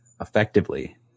effectively